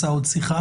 משוכנע